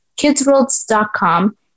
kidsworlds.com